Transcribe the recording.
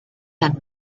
and